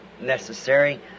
necessary